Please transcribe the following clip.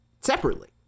separately